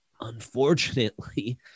Unfortunately